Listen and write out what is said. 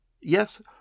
Yes